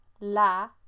La